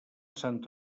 sant